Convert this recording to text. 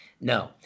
No